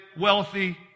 wealthy